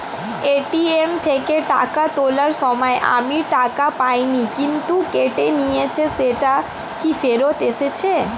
ATM থেকে টাকা তোলার সময় আমি টাকা পাইনি কিন্তু কেটে নিয়েছে সেটা কি ফেরত এসেছে?